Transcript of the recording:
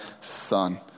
son